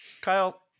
Kyle